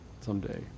someday